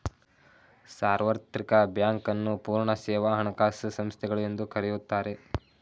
ಸಾರ್ವತ್ರಿಕ ಬ್ಯಾಂಕ್ ನ್ನು ಪೂರ್ಣ ಸೇವಾ ಹಣಕಾಸು ಸಂಸ್ಥೆಗಳು ಎಂದು ಕರೆಯುತ್ತಾರೆ